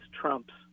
trumps